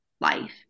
life